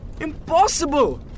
Impossible